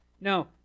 No